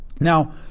Now